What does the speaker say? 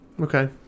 Okay